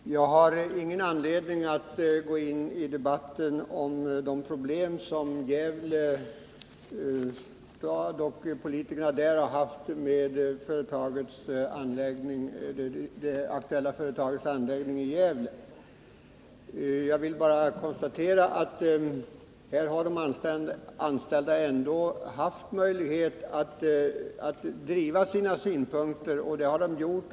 Herr talman! Jag har ingen anledning att gå in i debatten om de problem som Gävle stad och politikerna där haft med det aktuella företagets anläggning. Jag vill bara konstatera att de anställda ändå har haft möjlighet att driva sina synpunkter, och det har de gjort.